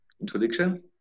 introduction